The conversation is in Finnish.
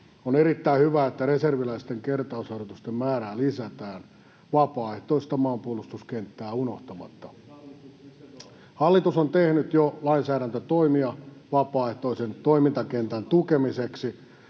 On erittäin hyvä, että reserviläisten kertausharjoitusten määrää lisätään vapaaehtoista maanpuolustuskenttää unohtamatta. [Jari Myllykosken välihuuto] Hallitus on jo tehnyt lainsäädäntötoimia vapaaehtoisen toimintakentän tukemiseksi,